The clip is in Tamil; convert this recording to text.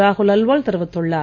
ராகுல் அல்வால் தெரிவித்துள்ளார்